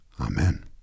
Amen